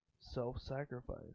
self-sacrifice